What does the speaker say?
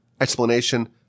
explanation